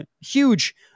huge